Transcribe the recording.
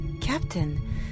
Captain